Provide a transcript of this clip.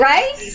Right